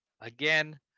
again